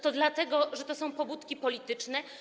To dlatego, że to są pobudki polityczne.